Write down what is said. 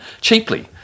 cheaply